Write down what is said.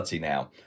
Now